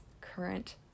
current